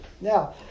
Now